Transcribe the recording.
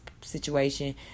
situation